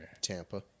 Tampa